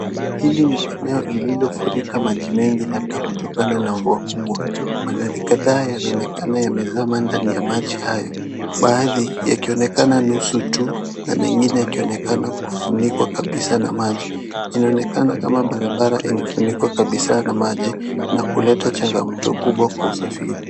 Hili ni eneo lililo furika maji mengi labda kutokana na mvua kubwa. Magari kadhaa yanaonekana yamezama ndani ya maji hayo, baadhi yakionekana nusu tu, na mengine yakionekana kufunikwa kabisa na maji. Inaonekana kama barabara imefunikwa kabisa na maji, na kuleta changamoto kubwa kwa usafiri.